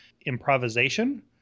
improvisation